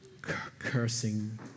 Cursing